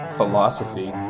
philosophy